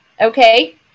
Okay